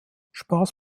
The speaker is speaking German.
spaß